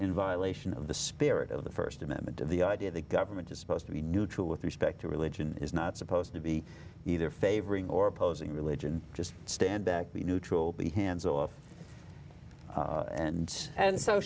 in violation of the spirit of the st amendment the idea that government is supposed to be neutral with respect to religion is not supposed to be either favoring or opposing religion just stand back be neutral be hands off and and so